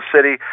City